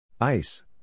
Ice